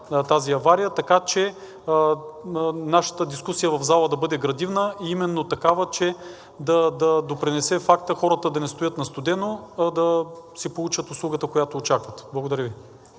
тази авария, така че нашата дискусия в залата да бъде градивна и именно такава, че да допринесе за факта хората да не стоят на студено, а да си получат услугата, която очакват. Благодаря Ви.